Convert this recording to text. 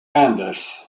anders